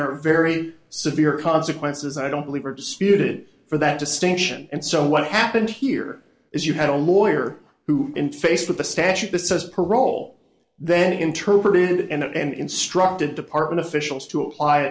there are very severe consequences i don't believe are disputed for that distinction and so what happened here is you had a lawyer who interface with a statute that says parole then interpreted and instructed department officials to apply